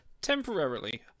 temporarily